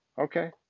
Okay